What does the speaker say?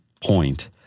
point